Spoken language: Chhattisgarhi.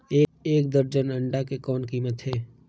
एक दर्जन अंडा के कौन कीमत हे?